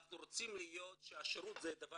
אנחנו רוצים להיות כאלה שהשירות אצלם הוא דבר